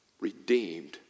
redeemed